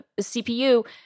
CPU